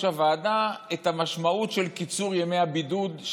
הוועדה את המשמעות של קיצור ימי הבידוד,